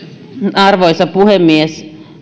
arvoisa puhemies